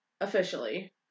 officially